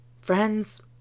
Friends